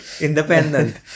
Independent